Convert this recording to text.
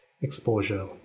exposure